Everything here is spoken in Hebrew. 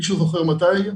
מישהו זוכר מתי?